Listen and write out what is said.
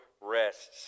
rests